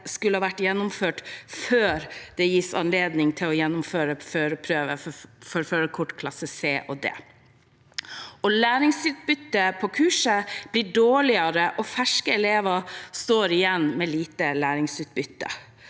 skal være gjennomført før det gis anledning til å gjennomføre førerprøve for førerkort klasse C og klasse D. Læringsutbyttet på kurset blir dårligere, og ferske elever står igjen med lite læringsutbytte.